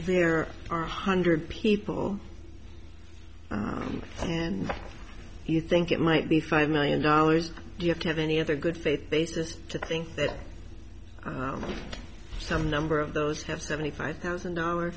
there are one hundred people and you think it might be five million dollars do you have any other good faith basis to think that some number of those have seventy five thousand dollar